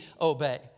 obey